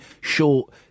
short